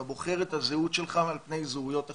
אתה בוחר את הזהות שלך על פני זהויות אחרות,